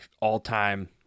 all-time